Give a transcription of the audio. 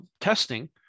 testing